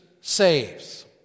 saves